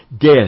Death